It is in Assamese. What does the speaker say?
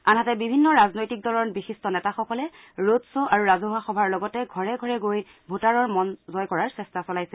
আনহাতে বিভিন্ন ৰাজনৈতিক দলৰ বিশিষ্ট নেতাসকলে ৰোড খ' আৰু ৰাজহুৱা সভাৰ লগতে ঘৰে ঘৰে গৈ ভোটাৰৰ মন জয় কৰাৰ চেষ্টা চলাইছে